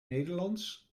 nederlands